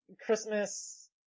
Christmas